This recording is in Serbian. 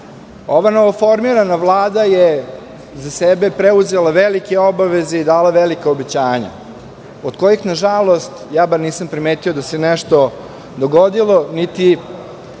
ova novoformirana Vlada je za sebe preuzela velike obaveze i dala velika obećanja, od kojih, na žalost, ja bar nisam primetio da se nešto dogodilo, niti